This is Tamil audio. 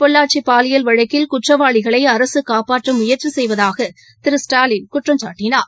பொள்ளாச்சிபாலியல் வழக்கில் குற்றவாளிகளைஅரசுகாப்பாற்றமுயற்சிசெய்வதாகதிரு ஸ்டாலின் குற்றம்சாட்டினார்